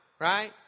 right